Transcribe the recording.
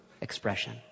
expression